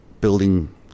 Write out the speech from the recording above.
building